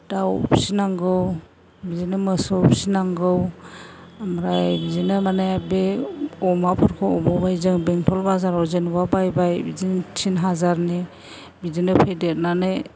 दाउ फिसिनांगौ बिदिनो मोसौ फिसिनांगौ ओमफ्राय बिदिनो माने बे अमाफोरखौ माबाबाय जों बेंथल बाजाराव जेनेबा बायबाय बिदिनो तिन हाजारनि बिदिनो फेदेरनानै